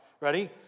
ready